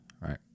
right